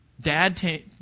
Dad